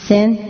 Sin